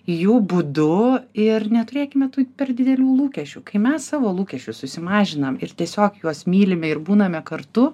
jų būdu ir neturėkime tai per didelių lūkesčių kai mes savo lūkesčius susimažinam ir tiesiog juos mylime ir būname kartu